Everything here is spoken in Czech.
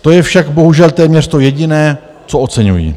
To je však bohužel téměř to jediné, co oceňuji.